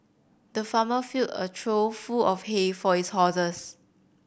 the farmer filled a trough full of hay for his horses